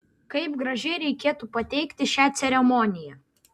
kaip gražiai reikėtų pateikti šią ceremoniją